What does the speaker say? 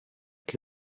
che